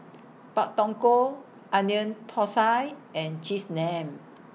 Pak Thong Ko Onion Thosai and Cheese Naan